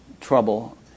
trouble